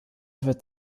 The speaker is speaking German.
wird